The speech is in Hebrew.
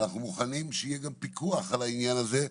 אנחנו מוכנים שיהיה גם פיקוח על העניין הזה,